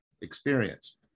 experience